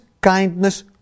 kindness